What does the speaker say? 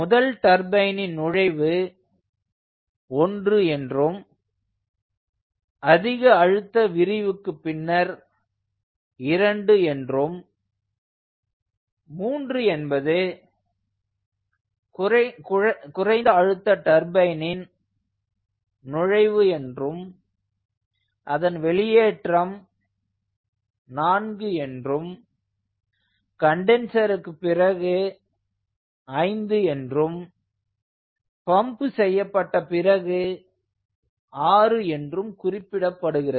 முதல் டர்பைனின் நுழைவு 1 என்றும் அதிக அழுத்த விரிவுக்குப் பின்னர் 2 என்றும் 3 என்பது குறைந்த அழுத்த டர்பைனின் நுழைவு என்றும் அதன் வெளியேற்றம் 4 என்றும் கன்டன்ஸருக்கு பிறகு 5 என்றும் பம்ப் செய்யப்பட்ட பிறகு 6 என்றும் குறிப்பிடப்படுகிறது